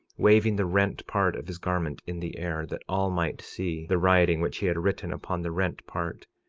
waving the rent part of his garment in the air, that all might see the writing which he had written upon the rent part,